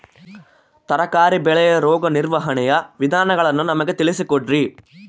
ತರಕಾರಿ ಬೆಳೆಯ ರೋಗ ನಿರ್ವಹಣೆಯ ವಿಧಾನಗಳನ್ನು ನಮಗೆ ತಿಳಿಸಿ ಕೊಡ್ರಿ?